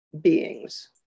beings